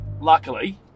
luckily